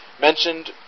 mentioned